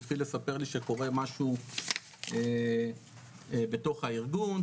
שהתחיל לספר לי שקורה משהו בתוך הארגון,